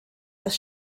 das